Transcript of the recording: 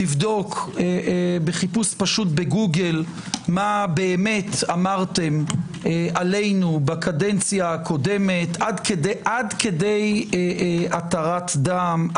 תבדוק בגוגל מה באמת אמרתם עלינו בקדנציה הקודמת עד כדי התרת דם.